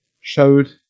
showed